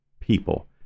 people